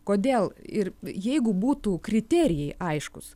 kodėl ir jeigu būtų kriterijai aiškūs